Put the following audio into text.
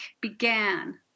began